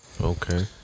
Okay